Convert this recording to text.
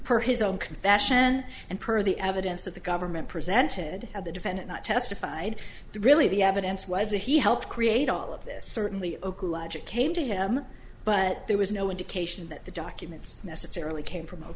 for his own confession and per the evidence that the government presented of the defendant not testified that really the evidence was that he helped create all of this certainly oak logic came to him but there was no indication that the documents necessarily came from a